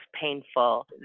painful